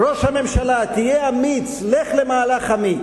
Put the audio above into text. ראש הממשלה, תהיה אמיץ, לך למהלך אמיץ.